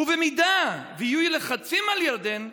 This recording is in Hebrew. ואם יהיו לחצים על ירדן,